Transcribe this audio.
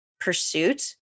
pursuit